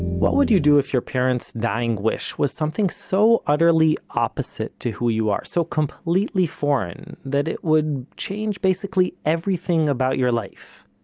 what would you do if your parent's dying wish was something so utterly opposite to who you are, so completely foreign, that it would change, basically, everything about your life?